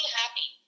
happy